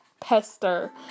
pester